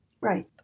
Right